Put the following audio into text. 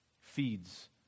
feeds